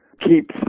keeps